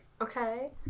Okay